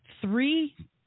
three